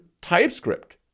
TypeScript